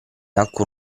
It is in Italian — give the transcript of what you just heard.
alcun